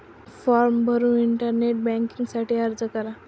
form भरून internet banking साठी अर्ज करा